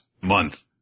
month